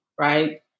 right